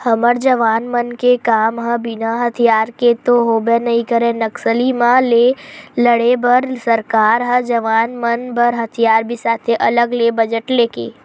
हमर जवान मन के काम ह बिना हथियार के तो होबे नइ करय नक्सली मन ले लड़े बर सरकार ह जवान मन बर हथियार बिसाथे अलगे ले बजट लेके